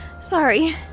Sorry